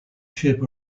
ship